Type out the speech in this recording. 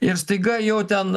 ir staiga jau ten